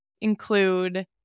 include